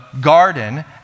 garden